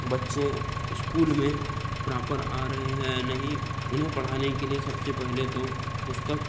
बच्चे स्कूल में प्राॅपर आ रहें हैं या नही उन्हें पढ़ाने के लिए सबसे पहले तो पुस्तक